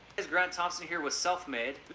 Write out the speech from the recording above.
it's grant thompson here with self made.